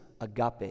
agape